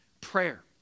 prayer